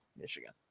Michigan